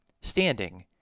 standing